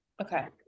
Okay